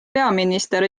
peaminister